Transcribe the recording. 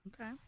Okay